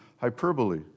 hyperbole